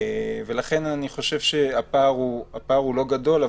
ולכן אני חושב שהפער הוא לא גדול,